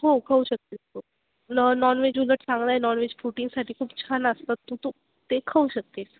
हो खाऊ शकतेस तू न नॉनव्हेज उलट चांगला आहे नॉनव्हेज प्रोटीनसाठी खूप छान असतात तू तू ते खाऊ शकते